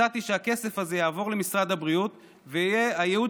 הצעתי שהכסף הזה יעבור למשרד הבריאות והייעוד